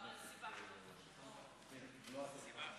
כבוד היושב-ראש,